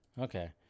Okay